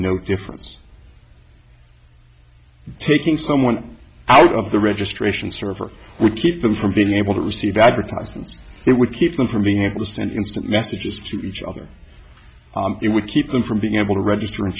no difference taking someone out of the registration server would keep them from being able to receive advertisements it would keep them from being able to send instant messages to each other it would keep them from being able to register in